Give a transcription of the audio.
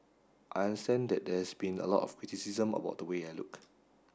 I understand that there's been a lot of criticism about the way I look